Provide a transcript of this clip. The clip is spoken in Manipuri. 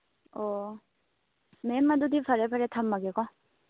ꯑꯣ ꯃꯦꯝ ꯑꯗꯨꯗꯤ ꯐꯔꯦ ꯐꯔꯦ ꯊꯝꯃꯒꯦꯀꯣ